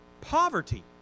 poverty